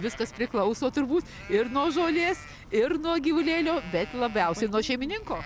viskas priklauso turbūt ir nuo žolės ir nuo gyvulėlio bet labiausiai nuo šeimininko